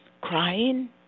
Crying